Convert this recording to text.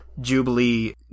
Jubilee